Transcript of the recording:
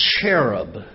cherub